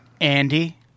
Andy